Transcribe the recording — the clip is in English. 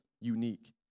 unique